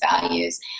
values